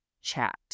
chat